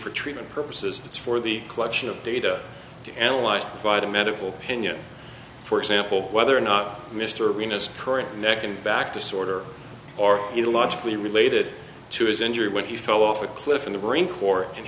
for treatment purposes it's for the collection of data to analyze by the medical opinion for example whether mr arenas current neck and back disorder or you know logically related to his injury when he fell off a cliff in the marine corps and